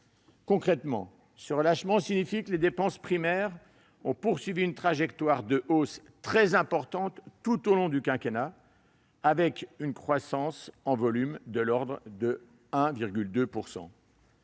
Concrètement, ce relâchement signifie que les dépenses primaires ont poursuivi une trajectoire de hausse très importante tout au long du quinquennat, avec une croissance en volume de l'ordre de 1,2